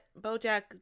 Bojack